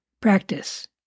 practice